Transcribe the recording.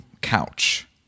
couch